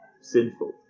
sinful